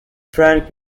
frank